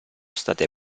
state